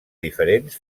diferents